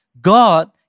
God